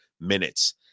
minutes